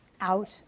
out